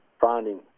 finding